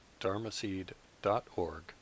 dharmaseed.org